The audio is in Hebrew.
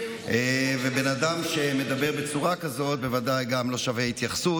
ובן אדם שמדבר בצורה כזאת בוודאי גם לא שווה התייחסות.